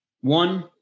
One